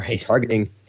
Targeting